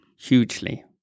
Hugely